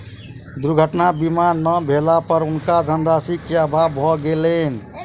दुर्घटना बीमा नै भेला पर हुनका धनराशि के अभाव भ गेलैन